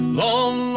long